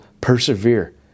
persevere